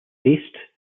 based